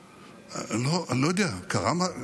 אני לא יודע, קרה משהו?